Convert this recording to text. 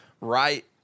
right